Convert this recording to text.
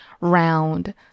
round